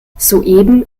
soeben